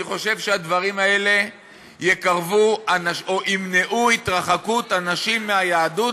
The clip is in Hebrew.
אני חושב שהדברים האלה ימנעו התרחקות אנשים מהיהדות,